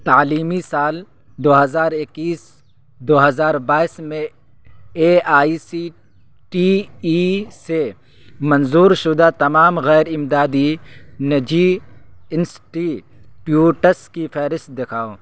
تعلیمی سال دو ہزار اکیس دو ہزار بائیس میں A I C T E سے منظور شدہ تمام غیرامدادی نجی انسٹیٹیوٹس کی فہرست دکھاؤ